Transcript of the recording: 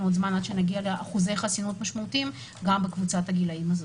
עוד זמן עד שנגיע לאחוזי חסינות משמעותיים גם בקבוצת הגילים הזו.